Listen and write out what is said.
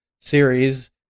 series